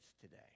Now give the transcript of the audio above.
today